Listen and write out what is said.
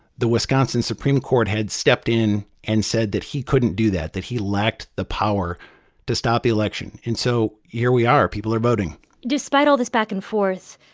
the wisconsin supreme court had stepped in and said that he couldn't do that, that he lacked the power to stop the election. and so here we are. people are voting despite all this back and forth,